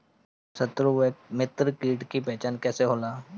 सत्रु व मित्र कीट के पहचान का होला?